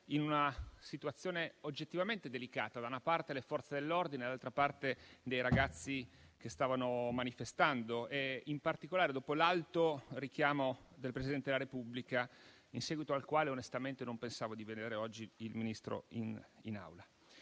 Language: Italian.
in una situazione oggettivamente delicata: da una parte, le Forze dell'ordine, dall'altra parte, dei ragazzi che stavano manifestando. In particolare, dopo l'alto richiamo del Presidente della Repubblica, onestamente non pensavo di vedere oggi il Ministro in Aula.